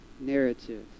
narrative